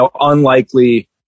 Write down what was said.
unlikely